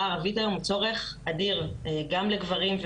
הערבית היום הוא צורך אדיר גם לגברים,